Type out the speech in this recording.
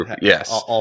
Yes